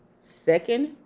second